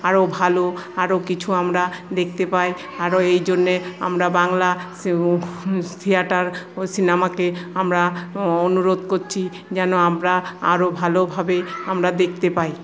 আরও ভালো আরও কিছু আমরা দেখতে পাই আরও এইজন্যে আমরা বাংলা থিয়েটার ও সিনেমাকে আমরা অনুরোধ করছি যেন আমরা আরও ভালোভাবে আমরা দেখতে পাই